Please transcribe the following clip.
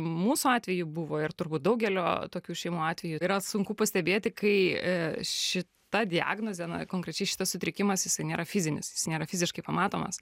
mūsų atveju buvo ir turbūt daugelio tokių šeimų atveju yra sunku pastebėti kai ši ta diagnozė konkrečiai šitas sutrikimas jisai nėra fizinis jis nėra fiziškai pamatomas